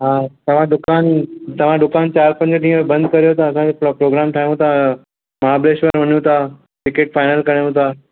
हा तव्हां दुकानु तव्हां दुकानु चारि पंज ॾींहं बंदि करियो त असां बि प्रोग्राम ठाहियूं था महाबलेश्वर वञूं था टिकेट फाइनल कयूं था